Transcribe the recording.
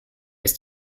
ist